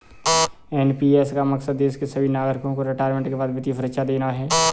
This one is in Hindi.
एन.पी.एस का मकसद देश के सभी नागरिकों को रिटायरमेंट के बाद वित्तीय सुरक्षा देना है